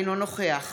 אינו נוכח